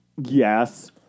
Yes